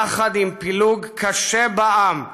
יחד עם פילוג קשה בעם,